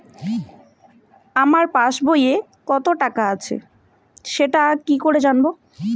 আমার পাসবইয়ে কত টাকা আছে সেটা কি করে জানবো?